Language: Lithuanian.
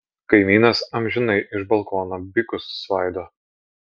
kaimynas amžinai iš balkono bikus svaido